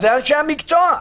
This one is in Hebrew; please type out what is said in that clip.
אלה אנשי המקצוע,